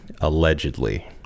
Allegedly